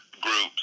groups